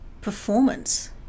performance